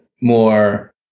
more